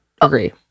agree